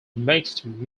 mixed